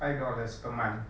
five dollars per month